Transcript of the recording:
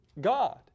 God